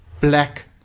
black